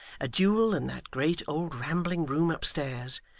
a duel in that great old rambling room upstairs,